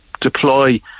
deploy